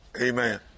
Amen